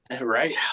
right